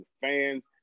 fans